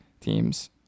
teams